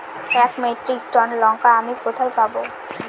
এক metric ton লঙ্কা আমি কোথায় পাবো?